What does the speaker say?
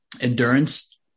endurance